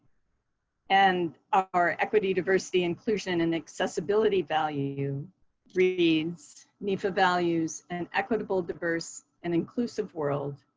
and our equity, diversity, inclusion, and accessibility value reads, nefa values an equitable, diverse, and inclusive world,